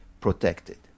protected